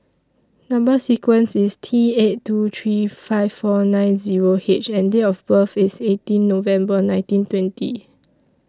Number sequence IS T eight two three five four nine Zero H and Date of birth IS eighteen November nineteen twenty